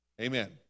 Amen